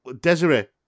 Desiree